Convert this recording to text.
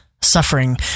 Suffering